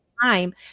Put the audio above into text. time